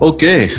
Okay